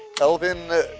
Elvin